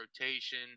rotation